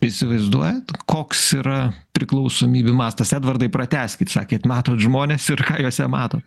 įsivaizduojat koks yra priklausomybių mastas edvardai pratęskit sakėt matot žmones ir ką juose matot